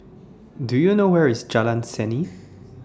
Do YOU know Where IS Jalan Seni